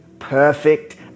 perfect